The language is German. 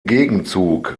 gegenzug